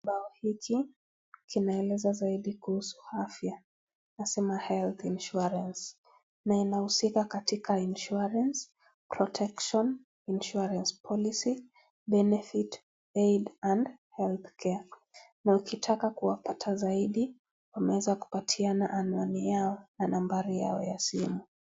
Kibao hiki kinaeleza saidi kuhusu afya inasema health insurance na ina husika katika insurance protection, insurance policy, benefit, aid and healthcare na ukitaka kuwa pata saidi wameweza kukupatia anwani yao na nambari yao ya simu.